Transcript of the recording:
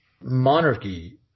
monarchy